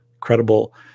credible